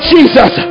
Jesus